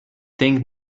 think